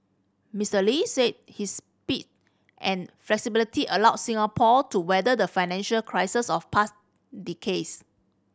Mister Lee said his speed and flexibility allowed Singapore to weather the financial crises of past decays